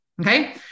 Okay